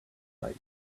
sight